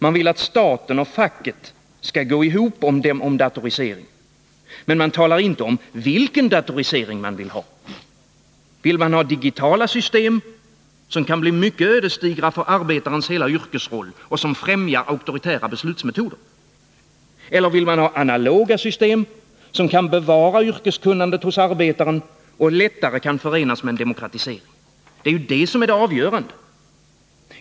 Man vill att staten och facket skall gå ihop om datoriseringen. Men man talar inte om vilken datorisering man vill ha. Vill man ha digitala system, som kan bli ödesdigra för arbetarens hela yrkesroll och som främjar auktoritära beslutsmetoder? Eller vill man ha analoga system, som kan bevara yrkeskunnandet hos arbetare och lättare förenas med en demokratisering? Det är det som är det avgörande.